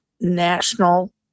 national